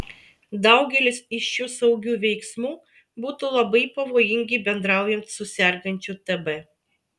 daugelis iš šių saugių veiksmų būtų labai pavojingi bendraujant su sergančiu tb